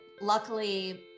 luckily